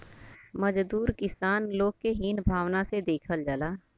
मजदूर किसान लोग के हीन भावना से देखल जाला